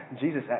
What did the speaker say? Jesus